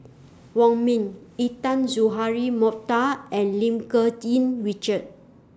Wong Ming Intan Azura Mokhtar and Lim Yih Richard